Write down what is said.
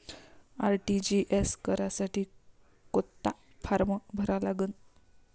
RTGS करासाठी कोंता form भरा लागन?